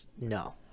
No